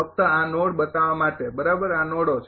ફક્ત આ નોડ બતાવવા માટે બરાબર આ નોડો છે